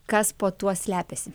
kas po tuo slepiasi